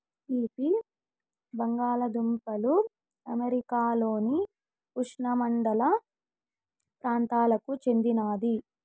తీపి బంగాలదుంపలు అమెరికాలోని ఉష్ణమండల ప్రాంతాలకు చెందినది